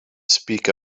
speak